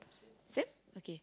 same okay